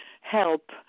help